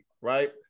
right